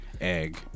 egg